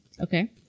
Okay